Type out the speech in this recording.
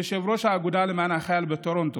יושב-ראש האגודה למען החייל בטורונטו,